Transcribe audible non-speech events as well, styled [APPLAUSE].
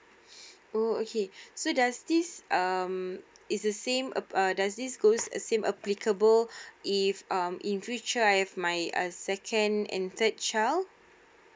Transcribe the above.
[BREATH] oh okay so does this um is the same um does this goes the same applicable [BREATH] if in future I have my uh second and third child